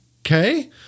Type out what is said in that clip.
Okay